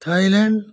Thailand